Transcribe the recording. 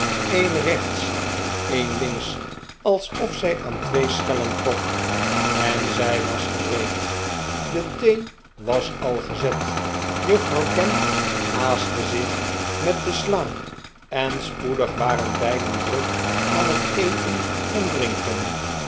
een rechts en een links alsof zij aan twee schellen trok en zij was gereed de thee was al gezet juffrouw gamp haastte zich met de sla en spoedig waren beiden druk aan het eten en drinken